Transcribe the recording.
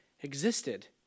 existed